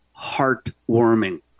heartwarming